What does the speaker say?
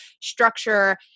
structure